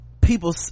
people